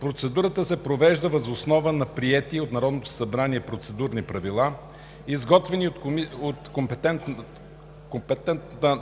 Процедурата се провежда въз основа на приети от Народното събрание процедурни правила, изготвени от компетентната